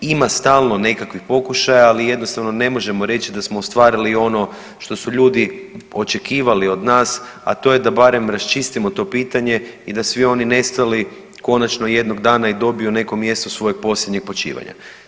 Ima stalno nekakvih pokušaja, ali jednostavno ne možemo reći da smo ostvarili ono što su ljudi očekivali od nas, a to je da barem raščistimo to pitanje i da svi oni nestali konačno jednog dana i dobiju neko mjesto svojeg posljednjeg počivanja.